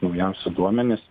naujausi duomenys